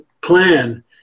plan